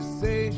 say